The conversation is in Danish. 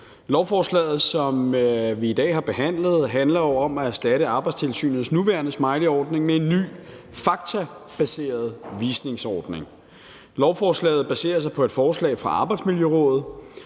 Lovforslaget, som vi i dag behandler, handler jo om at erstatte Arbejdstilsynets nuværende smileyordning med en ny, faktabaseret visningsordning. Lovforslaget baserer sig på et forslag fra Arbejdsmiljørådet.